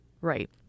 Right